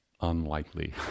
Unlikely